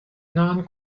non